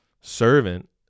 servant